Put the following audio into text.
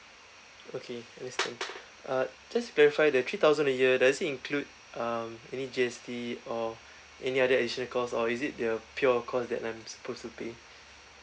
okay understand uh just clarify that three thousand a year does it include um any G_S_T or any other insurance cost or is it the pure cost that I'm supposed to pay